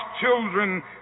children